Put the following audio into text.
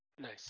nice